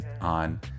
on